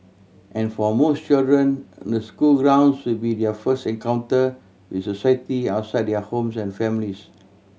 and for most children the school grounds should be their first encounter with society outside their homes and families